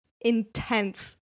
intense